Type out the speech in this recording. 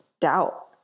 doubt